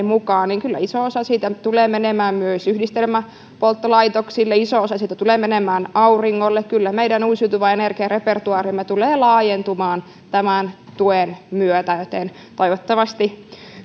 mukaan iso osa siitä tulee menemään myös yhdistelmäpolttolaitoksille iso osa siitä tulee menemään auringolle kyllä meidän uusiutuvan energian repertuaarimme tulee laajentumaan tämän tuen myötä joten toivottavasti